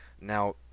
now